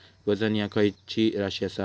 वजन ह्या खैची राशी असा?